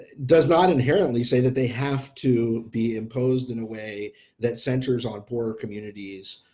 does not inherently say that they have to be imposed in a way that centers on poor communities,